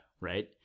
Right